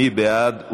מי בעד?